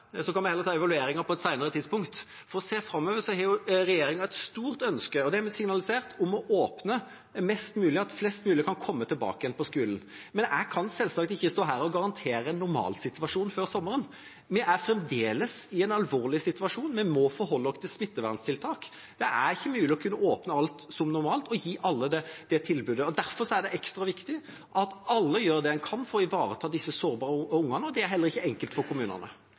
kan vi heller ta på et senere tidspunkt – har regjeringa et stort ønske, og det har vi signalisert, om å åpne mest mulig, slik at flest mulig kan komme tilbake til skolen. Men jeg kan selvsagt ikke stå her og garantere en normalsituasjon før sommeren. Vi er fremdeles i en alvorlig situasjon, og vi må forholde oss til smitteverntiltak. Det er ikke mulig å kunne åpne alt som normalt og gi alle det tilbudet. Derfor er det ekstra viktig at alle gjør det de kan for å ivareta disse sårbare barna. Det er heller ikke enkelt for kommunene.